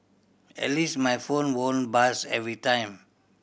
at least my phone won't buzz every time